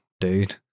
dude